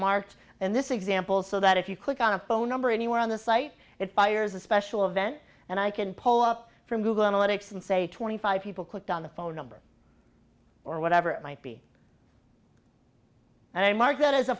in this example so that if you click on a phone number anywhere on the site it fires a special event and i can pull up from google analytics and say twenty five people clicked on the phone number or whatever it might be and i mark that as a